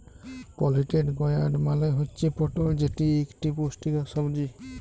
পলিটেড গয়ার্ড মালে হুচ্যে পটল যেটি ইকটি পুষ্টিকর সবজি